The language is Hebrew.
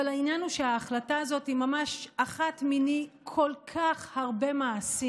אבל העניין הוא שההחלטה הזאת היא ממש אחת מני כל כך הרבה מעשים